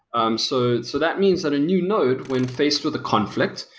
um so so that means that a new node when faced with a conflict,